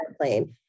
airplane